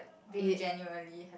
being generally happy